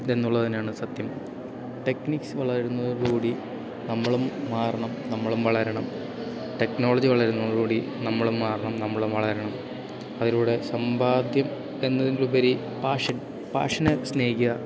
എന്നുള്ള തന്നെയാണ് സത്യം ടെക്നിക്സ് വളരുന്നതോടു കൂടി നമ്മളും മാറണം നമ്മളും വളരണം ടെക്നോളജി വളരുന്നതോടു കൂടി നമ്മളും മാറണം നമ്മളും വളരണം അതിലൂടെ സമ്പാദ്യം എന്നതിലുപരി പാഷൻ പാഷനെ സ്നേഹിക്കുക